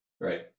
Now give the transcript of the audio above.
right